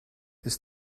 ist